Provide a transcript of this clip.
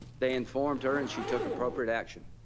they informed her and she took appropriate action.